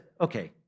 okay